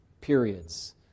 periods